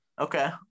Okay